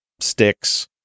sticks